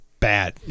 bad